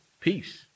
Peace